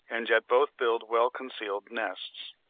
and yet both build well-concealed nests.